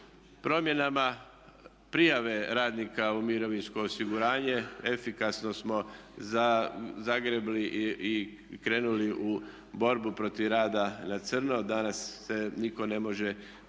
Promjenama prijave radnika u mirovinsko osiguranje efikasno smo zagrebli i krenuli u borbu protiv rada na crno, danas se nitko ne može